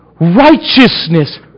righteousness